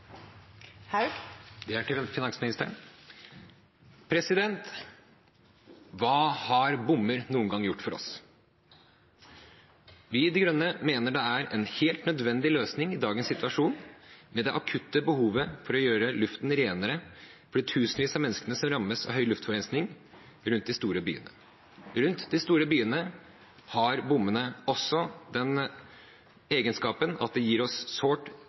til finansministeren. Hva har bommer noen gang gjort for oss? Vi i Miljøpartieti De Grønne mener det er en helt nødvendig løsning i dagens situasjon, med det akutte behovet for å gjøre luften renere for de tusenvis av menneskene som rammes av høy luftforurensning rundt de store byene. Rundt de store byene har bommene også den egenskapen at de gir oss en sårt